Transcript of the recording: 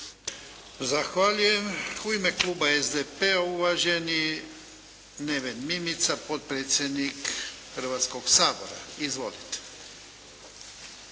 Zahvaljujem. U ime Kluba SDP-a uvaženi Neven Mimica, potpredsjednik Hrvatskog sabora. Izvolite.